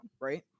right